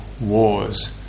wars